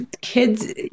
kids